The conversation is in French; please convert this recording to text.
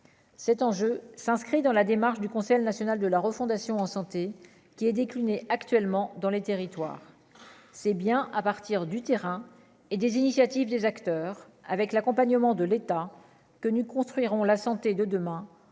cet enjeu s'inscrit dans la démarche du Conseil national de la refondation en santé qui est décliné actuellement dans les territoires, c'est bien à partir du terrain et des initiatives des acteurs avec l'accompagnement de l'État que nous construirons la santé de demain